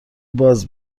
باز